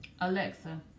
Alexa